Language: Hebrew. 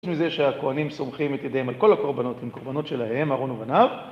יש מזה שהכהנים סומכים את ידיהם על כל הקורבנות, עם קורבנות שלהם, ארון ובניו.